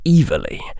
evilly